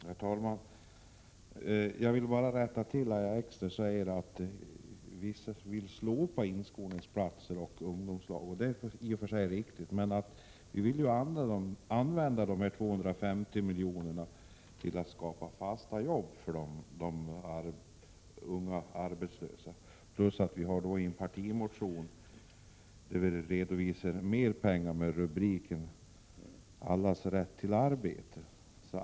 Herr talman! Jag vill göra ett tillrättaläggande. Lahja Exner säger att vi vill slopa inskolningsplatser och platser i ungdomslag, och det är i och för sig riktigt, men vi vill använda de frigjorda 250 miljonerna till att skapa fasta jobb för de unga arbetslösa. Vi har dessutom i en partimotion redovisat mera pengar under rubriken Allas rätt till arbete.